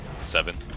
Seven